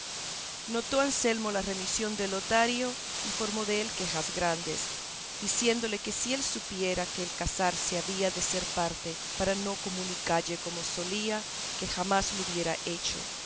amigos notó anselmo la remisión de lotario y formó dél quejas grandes diciéndole que si él supiera que el casarse había de ser parte para no comunicalle como solía que jamás lo hubiera hecho